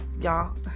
y'all